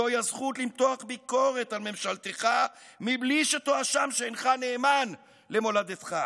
זוהי הזכות למתוח ביקורת על ממשלתך מבלי שתואשם שאינך נאמן למולדתך.